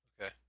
Okay